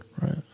Right